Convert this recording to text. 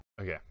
Okay